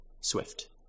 swift